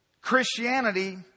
Christianity